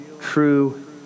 true